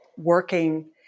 working